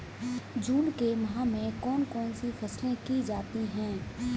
जून के माह में कौन कौन सी फसलें की जाती हैं?